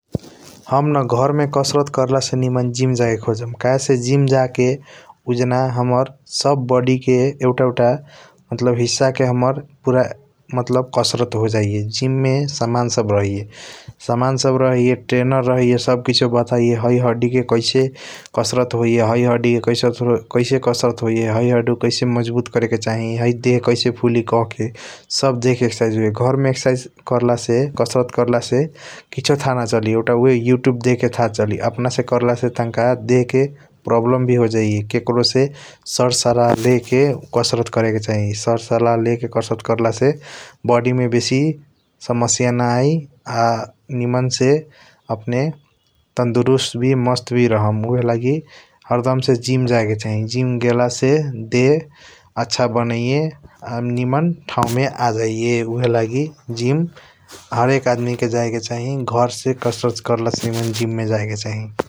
हमना घरमे कसरत जरला से निमन जिम जाइके खोजम। काहेसे जिम जाके उजना हमर सब बडिके एउटा एउटा मतलब हिस्सा के हमर पूरा मतलब कसरत होअजाइये । जिममे समान सब रहैये । सामा न सब रहैये तेनर रहैये सब किसो बताइये है हदिके कैसे कसरत होइये । है हदिके कैसे कसरत होइये। है हदिके कैसे मजबुत करेके चाहिँ । है देह कैसे फुलि कह्के । सब देहके एक्सेरसाईश होइये । घरमे करला से किसो ताह न चली । एउटा उहे इउतुब देखके थाह चली। अपना से तन्का देहके प्रोब्लम भि होजैये । केक्रो से सरसलाह लेके कसरत करेके चाहिँ । सरसलाह लेके कसरत करला से बडिमे बेसि समस्या न आइ आ निमन्से । अपने तन्दरुस्त भि मस्त भि रहम उहे लागि हरदम से जिम जायेके चाहिँ जिम गेला से देह अछा बनैये । आ निमन थाउ मे आजाइये । उहेलागि जिम हरेक आदमि के जायेके चाहिँ घरमे कसरत करला से निमन जिम मे जायेके चाहिँ ।